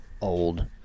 old